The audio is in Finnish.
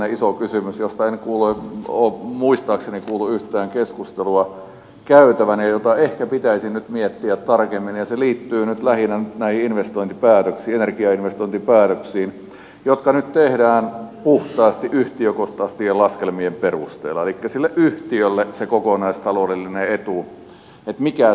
mutta siihenhän liittyy yksi sellainen iso kysymys josta en ole muistaakseni kuullut yhtään keskustelua käytävän ja jota ehkä pitäisi nyt miettiä tarkemmin ja se liittyy nyt lähinnä näihin energiainvestointipäätöksiin jotka nyt tehdään puhtaasti yhtiökohtaisten laskelmien perusteella elikkä mikä sille yhtiölle on se kokonaistaloudellinen etu